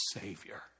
savior